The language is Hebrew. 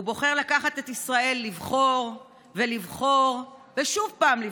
הוא בוחר לקחת את ישראל לבחור ולבחור ושוב פעם לבחור.